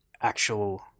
actual